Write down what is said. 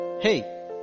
Hey